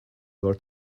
your